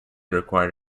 required